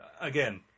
again